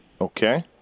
Okay